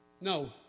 No